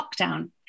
lockdown